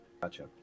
Gotcha